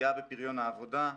פגיעה בפריון העבודה,